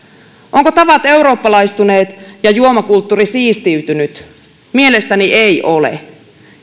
ovatko tavat eurooppalaistuneet ja juomakulttuuri siistiytynyt mielestäni eivät ole